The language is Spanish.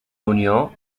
unió